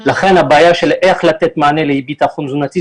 לכן הבעיה של איך לתת מענה לאי ביטחון תזונתי,